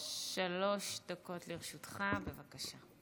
שלוש דקות לרשותך, בבקשה.